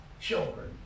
children